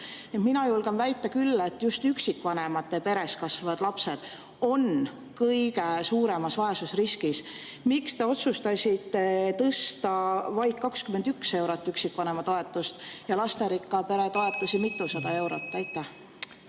Mina julgen küll väita, et just üksikvanemate peres kasvavad lapsed on kõige suuremas vaesusriskis. Miks te otsustasite tõsta vaid 21 eurot üksikvanema toetust ja lasterikka pere toetusi mitusada eurot? Aitäh!